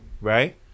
Right